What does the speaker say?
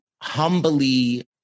humbly